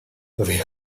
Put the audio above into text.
the